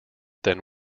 than